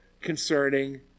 concerning